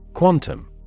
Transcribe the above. Quantum